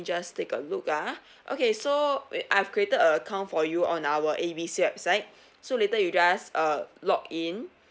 just take a look ah okay so whe~ I've created a account for you on our A B C website so later you just uh log in